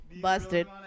busted